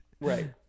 right